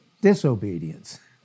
disobedience